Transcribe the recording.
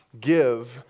give